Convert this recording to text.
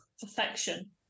Perfection